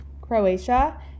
Croatia